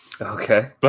Okay